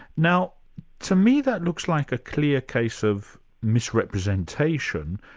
now to me that looks like a clear case of misrepresentation,